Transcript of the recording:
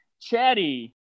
Chatty